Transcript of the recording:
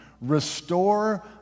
Restore